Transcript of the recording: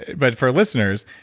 but for listeners,